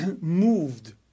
moved